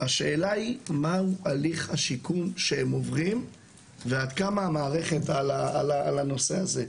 השאלה היא מהו הליך השיקום שהם עוברים ועד כמה המערכת על הנושא הזה.